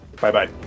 Bye-bye